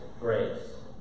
grace